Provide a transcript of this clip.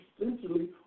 essentially